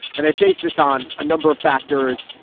and i base this on a number of factors.